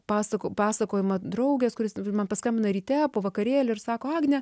pasakų pasakojimą draugės kuris man paskambina ryte po vakarėlio ir sako agne